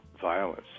violence